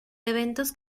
eventos